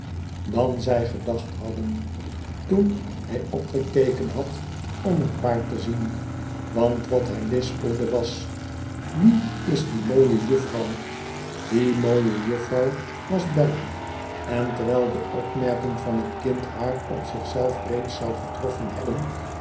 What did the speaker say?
zij gedacht hadden toen hij opgekeken had om het paard te zien want wat hij lispelde was rwie is die mooie juffou die mooie juftou was bella en terwijl de opmerking van het kind haar op zich zelf reeds zou getroffen hebben